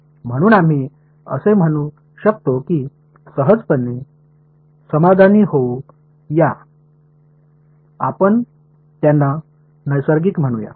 म्हणून आम्ही असे म्हणू शकतो की सहजतेने समाधानी होऊ या आपण त्यांना नैसर्गिक म्हणूया